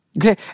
Okay